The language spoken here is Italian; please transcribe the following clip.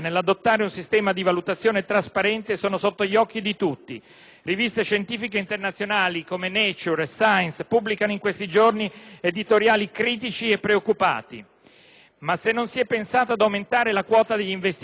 riviste scientifiche internazionali come "*Nature*" e "*Science*" pubblicano in questi giorni editoriali critici e preoccupati. Ma se non si è pensato ad aumentare la quota degli investimenti, pensiamo almeno a distribuire i pochi fondi in maniera intelligente.